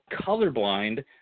colorblind